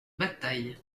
bataille